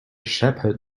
shepherd